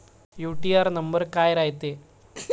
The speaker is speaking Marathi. यू.टी.आर नंबर काय रायते?